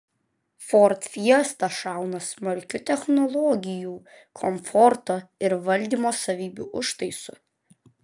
ford fiesta šauna smarkiu technologijų komforto ir valdymo savybių užtaisu